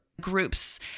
groups